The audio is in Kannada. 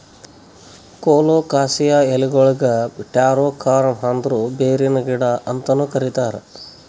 ಕೊಲೊಕಾಸಿಯಾ ಎಲಿಗೊಳಿಗ್ ಟ್ಯಾರೋ ಕಾರ್ಮ್ ಅಂದುರ್ ಬೇರಿನ ಗಿಡ ಅಂತನು ಕರಿತಾರ್